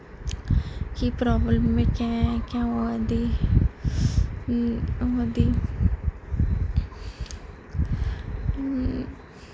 कि प्रॉब्लम कैंह् कीऽ होआ दी होआ दी हूं